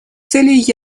целей